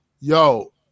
yo